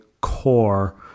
core